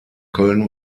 köln